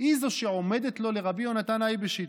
היא שעומדת לו, לרבי יונתן אייבשיץ.